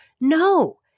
No